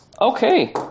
Okay